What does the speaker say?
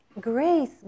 grace